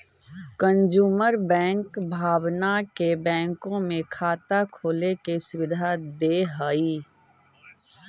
consumer bank भावना के बैंकों में खाता खोले के सुविधा दे हइ